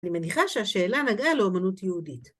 אני מניחה שהשאלה נגעה לאומנות יהודית.